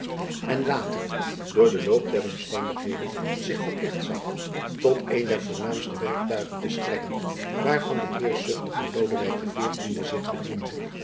en later door den loop der omstandigheden zich verplicht zag tot een der voornaamste werktuigen te strekken waarvan de heerschzuchtige lodewijk xiv zich bediende